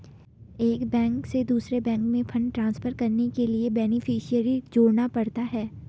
एक बैंक से दूसरे बैंक में फण्ड ट्रांसफर करने के लिए बेनेफिसियरी जोड़ना पड़ता है